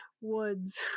woods